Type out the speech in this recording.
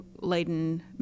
laden